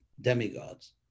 demigods